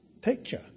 picture